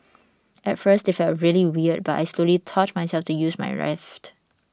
at first it felt really weird but I slowly taught myself to use my left